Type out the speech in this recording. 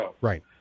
right